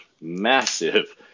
massive